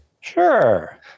sure